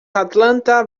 atlanta